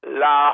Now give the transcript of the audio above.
la